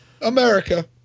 America